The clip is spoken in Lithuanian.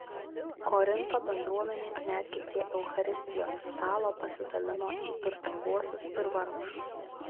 korinto bendruomenė netgi prie eucharistijos stalo pasidalino į turtinguosius ir vargšus